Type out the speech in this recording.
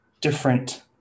different